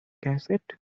cassette